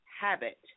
habit